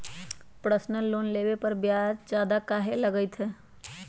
Personal loan लेबे पर ब्याज ज्यादा काहे लागईत है?